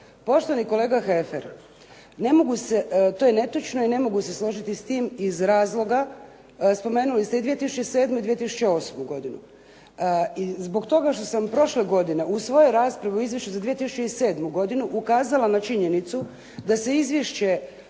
Poštovani kolega Heffer, to je netočno i ne mogu se složiti s tim iz razloga, spomenuli ste i 2007. i 2008. godinu zbog toga što sam prošle godine u svojoj raspravi u Izvješću za 2007. godinu ukazala na činjenicu da se izvješće